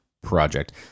project